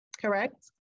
correct